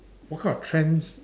what kind of trends